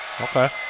Okay